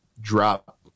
drop